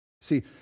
See